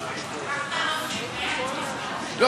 שכחת להוסיף: ואין בלתו.